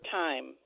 time